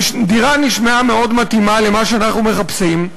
הדירה נשמעה מאוד מתאימה למה שאנחנו מחפשים.